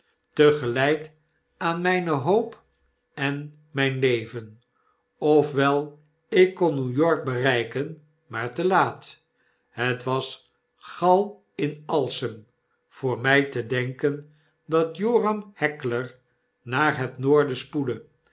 maken tegelyk aan myne hoop en myn leven of wel ik kon newtor k bereiken maar te laat het was gal in alsem voor my te denken dat joram heckler naar het noorden spoedde